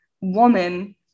woman